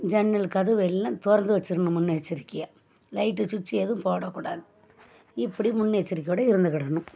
ஜன்னல் கதவு எல்லாம் திறந்து வச்சிடணும் முன்னெச்சரிக்கையாக லைட்டு சுட்ச்சி எதுவும் போட கூடாது இப்படி முன்னெச்சரிக்கையோடு இருந்துக்கிடணும்